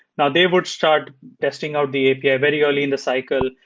now, they would start testing out the api very early in the cycle.